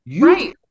Right